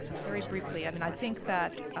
very briefly, i mean i think that